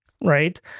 right